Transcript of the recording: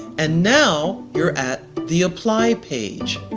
and now you're at the apply page.